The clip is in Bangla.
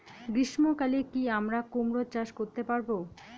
গ্রীষ্ম কালে কি আমরা কুমরো চাষ করতে পারবো?